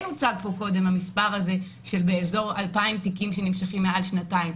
כן הוצג פה קודם המספר הזה של כ-2,000 תיקים שנמשכים מעל שנתיים.